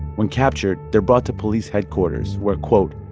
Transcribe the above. when captured, they're brought to police headquarters where, quote,